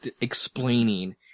explaining